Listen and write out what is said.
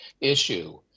issue